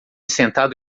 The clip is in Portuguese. sentado